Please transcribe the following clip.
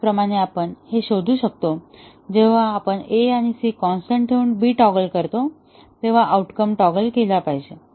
त्याचप्रमाणे आपण हे शोधू शकतो जेव्हा आपण A आणि C कॉन्स्टन्ट ठेवून B टॉगल करतो तेव्हा आऊटकम टॉगल केला पाहिजे